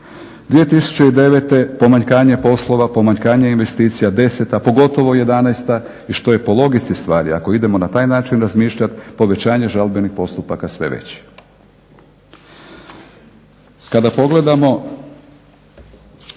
2009. pomanjkanje poslova, pomanjkanje investicija, deseta, pogotovo jedanaesta i što je po logici stvari, ako idemo na taj način razmišljati, povećanje žalbenih postupaka sve veći. Kada pogledamo